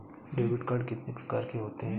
Debit card कितनी प्रकार के होते हैं?